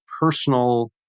personal